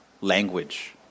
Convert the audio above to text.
language